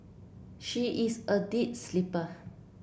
she is a deep sleeper